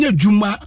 juma